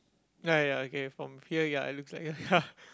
ya ya okay from here ya it looks like ya ya